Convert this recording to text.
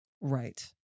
right